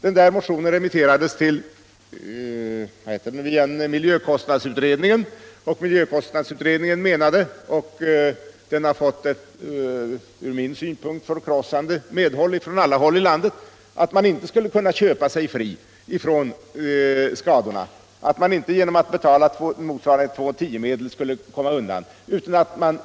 Den motionen remitterades till miljökostnadsutredningen. Miljökostnadsutredningen menade — och den har fått ett från min synpunkt förkrossande medhåll från alla håll i landet — att man inte genom att betala motsvarande 2:10 medel skulle komma undan ansvaret för skadorna.